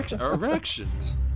erections